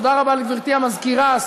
תודה רבה לגברתי המזכירה,